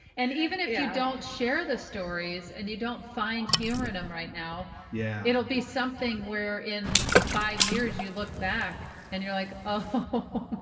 and even if you don't share the stories and you don't find humor in them right now, yeah, it'll be something where in five years you look back and you're like, oh,